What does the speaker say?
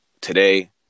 Today